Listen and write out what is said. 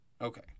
Okay